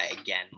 again